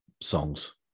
songs